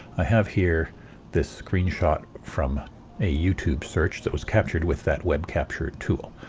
i have here this screenshot from a youtube search that was captured with that web capture tool.